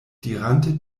dirante